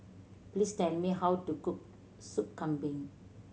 please tell me how to cook Sop Kambing